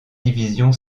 division